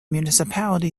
municipality